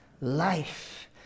life